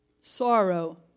sorrow